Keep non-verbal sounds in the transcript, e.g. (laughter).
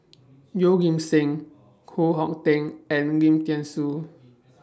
(noise) Yeoh Ghim Seng Koh Hong Teng and Lim Thean Soo